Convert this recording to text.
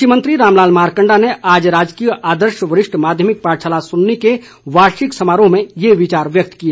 कृषि मंत्री रामलाल मारकंडा ने आज राजकीय आदर्श वरिष्ठ माध्यमिक पाठशाला सुन्नी के वार्षिक समारोह में ये विचार व्यक्त किए